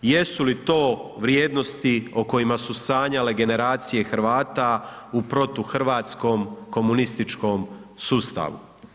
Jesu li to vrijednosti o kojima su sanjale generacije Hrvata u hrvatskom komunističkom sustavu.